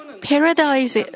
Paradise